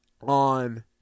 on